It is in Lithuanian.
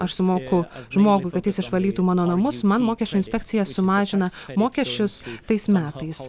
aš sumoku žmogui kad jis išvalytų mano namus man mokesčių inspekcija sumažina mokesčius tais metais